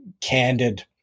candid